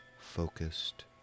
focused